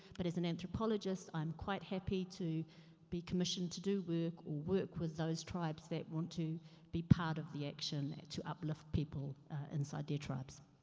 but as an anthropologist i'm quite happy to be commissioned to do work or work with those tribes that want to be part of the action, to uplift people inside their tribes.